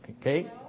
Okay